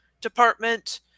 department